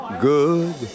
good